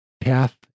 path